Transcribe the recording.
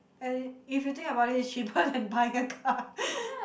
and if you think about it it's cheaper than buying a car